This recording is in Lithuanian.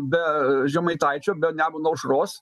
be žemaitaičio be nemuno aušros